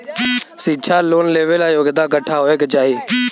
शिक्षा लोन लेवेला योग्यता कट्ठा होए के चाहीं?